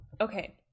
Okay